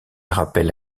rappelle